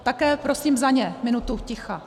Také prosím za ně minutu ticha.